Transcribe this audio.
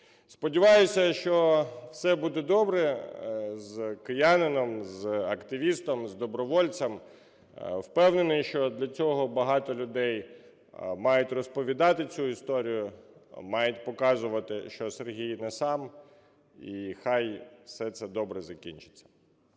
Сподіваюся, що все буде добре з киянином, з активістом, з добровольцем. Впевнений, що для цього багато людей мають розповідати цю історію, мають показувати, що Сергій не сам. І хай все це добре закінчиться.